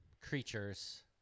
creatures